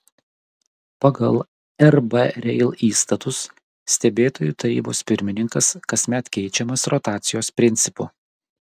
pagal rb rail įstatus stebėtojų tarybos pirmininkas kasmet keičiamas rotacijos principu